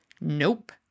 Nope